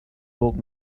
old